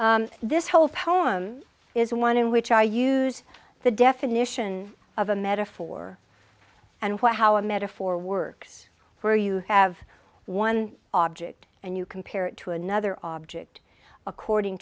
poem is one in which i use the definition of a metaphor and what how a metaphor works where you have one object and you compare it to another object according